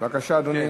בבקשה, אדוני.